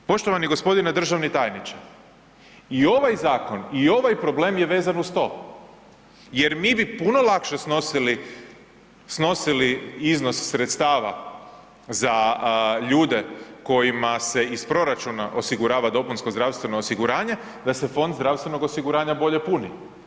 Poštovani g. državni tajniče, i ovaj zakon i ovaj problem je vezan uz to jer mi bi puno lakše snosili iznos sredstava za ljude kojima se iz proračuna osigurava dopunsko zdravstveno osiguranje, da se fond zdravstvenog osiguranja bolje puni.